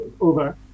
over